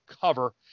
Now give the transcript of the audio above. cover